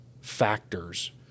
factors